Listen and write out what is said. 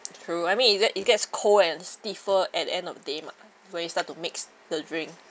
true I mean it gets it gets cold and stiffer at the end of day mah when you start to mix the drink